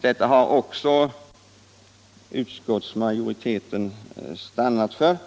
Det har också utskottsmajoriteten stannat för.